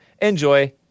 Enjoy